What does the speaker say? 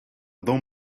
don’t